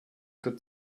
good